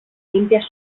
limpias